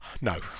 no